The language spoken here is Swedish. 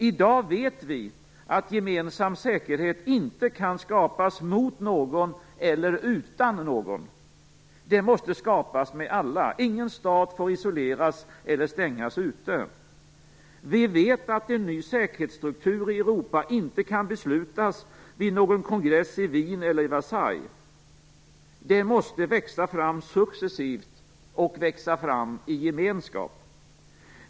I dag vet vi att gemensam säkerhet inte kan skapas mot någon eller utan någon. Den måste skapas med alla. Ingen stat får isoleras eller stängas ute. Vi vet att en ny säkerhetsstruktur i Europa inte kan beslutas vid någon kongress i Wien eller i Versaille. Den måste växa fram successivt och i gemenskap.